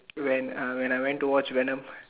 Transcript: when uh when I went to watch venom